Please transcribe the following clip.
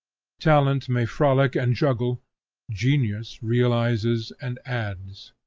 talent may frolic and juggle genius realizes and adds.